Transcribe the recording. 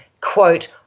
quote